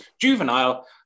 Juvenile